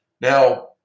Now